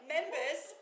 Members